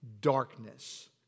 darkness